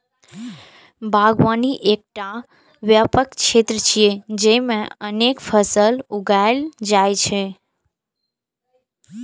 बागवानी एकटा व्यापक क्षेत्र छियै, जेइमे अनेक फसल उगायल जाइ छै